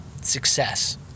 success